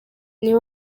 niwe